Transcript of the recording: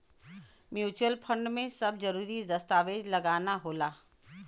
mutual fund में सब जरूरी दस्तावेज लगाना होला